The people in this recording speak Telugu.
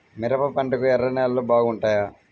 మిరప పంటకు ఎర్ర నేలలు బాగుంటాయా?